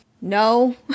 No